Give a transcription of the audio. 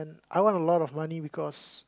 I want a lot of money because